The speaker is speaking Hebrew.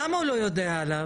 למה הוא לא יודע עליו?